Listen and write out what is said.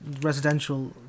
residential